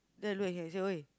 then I look at him I say !oi!